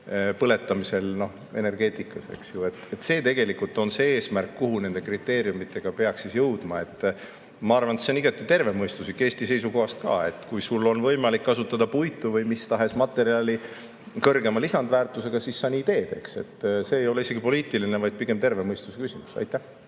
põletamisel, energeetikas, eks ju. See on tegelikult eesmärk, kuhu nende kriteeriumidega peaks jõudma. Ma arvan, et see on igati tervemõistuslik, Eesti seisukohast ka – kui sul on võimalik kasutada puitu või mis tahes materjali kõrgema lisandväärtusega, siis sa nii teed, eks. See ei ole isegi poliitiline, vaid on pigem terve mõistuse küsimus. Aitäh!